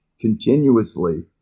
continuously